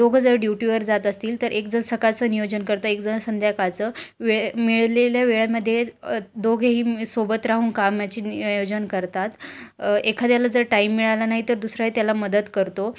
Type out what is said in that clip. दोघं जर ड्युटीवर जात असतील तर एकजण सकाळचं नियोजन करतं एकजण संध्याकाळचं वेळ मिळालेल्या वेळेमध्ये दोघेही सोबत राहून कामाचे नियोजन करतात एखाद्याला जर टाईम मिळाला नाही तर दुसराही त्याला मदत करतो